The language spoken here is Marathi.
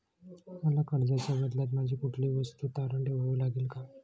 मला कर्जाच्या बदल्यात माझी कुठली वस्तू तारण ठेवावी लागेल का?